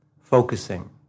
focusing